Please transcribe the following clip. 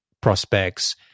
prospects